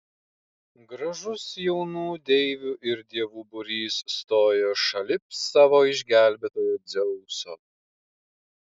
gražus jaunų deivių ir dievų būrys stojo šalip savo išgelbėtojo dzeuso